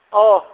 औ